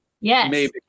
Yes